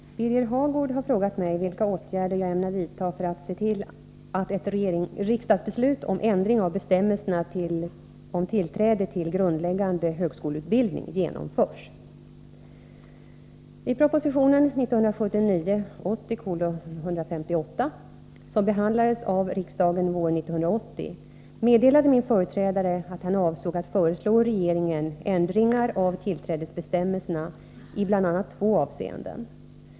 Herr talman! Birger Hagård har frågat mig vilka åtgärder jag ämnar vidta för att se till att ett riksdagsbeslut om ändring av bestämmelserna om tillträde till grundläggande högskoleutbildning genomförs. I proposition 1979/80:158, som behandlades av riksdagen våren 1980, meddelade min företrädare att han avsåg att föreslå regeringen ändringar av tillträdesbestämmelserna i bl.a. två avseenden.